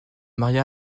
maria